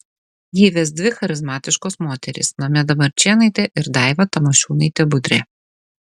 jį ves dvi charizmatiškos moterys nomeda marčėnaitė ir daiva tamošiūnaitė budrė